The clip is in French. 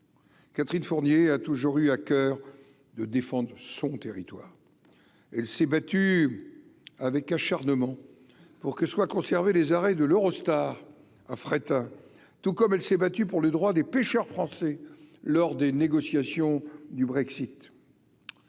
Catherine Fournier a toujours eu à coeur de défendre son territoire, elle s'est battue avec acharnement pour que soit les arrêts de l'Eurostar à Fréthun, tout comme elle s'est battue pour les droits des pêcheurs français lors des négociations du Brexit.